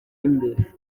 imbere